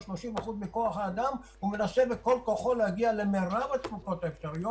30% מכוח האדם הוא מנסה בכל כוחו להגיע למרב התפוקות האפשריות.